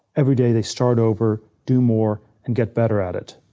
every day, they start over, do more, and get better at it.